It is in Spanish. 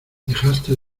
dejaste